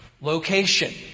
location